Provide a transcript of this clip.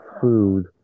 food